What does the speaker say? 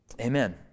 Amen